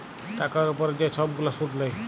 টাকার উপরে যে ছব গুলা সুদ লেয়